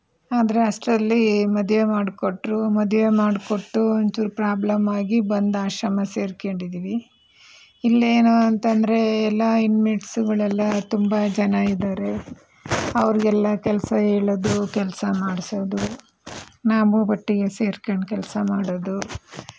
ಆದರೆ ಅಷ್ಟರಲ್ಲಿ ಮದುವೆ ಮಾಡಿಕೊಟ್ಟರು ಮದುವೆ ಮಾಡಿಕೊಟ್ಟು ಒಂದು ಚೂರು ಪ್ರಾಬ್ಲಮ್ ಆಗಿ ಬಂದು ಆಶ್ರಮ ಸೇರಿಕೊಂಡಿದ್ದೀವಿ ಇಲ್ಲೇನೂಂತಂದರೆ ಎಲ್ಲ ಇನ್ಮೇಟ್ಸುಗಳೆಲ್ಲ ತುಂಬ ಜನ ಇದ್ದಾರೆ ಅವರಿಗೆಲ್ಲ ಕೆಲಸ ಹೇಳೋದು ಕೆಲಸ ಮಾಡಿಸೋದು ನಾವೂ ಒಟ್ಟಿಗೆ ಸೇರ್ಕೊಂಡು ಕೆಲಸ ಮಾಡೋದು